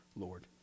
Lord